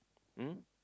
mm